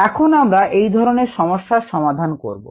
আমরা এখন এই ধরনের সমস্যার সমাধান করব